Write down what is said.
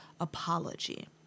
apology